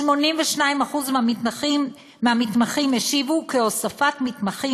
82% מהמתמחים השיבו כי הוספת מתמחים